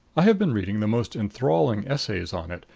i have been reading the most enthralling essays on it,